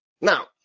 now